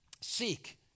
Seek